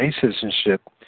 citizenship